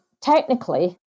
technically